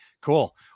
Cool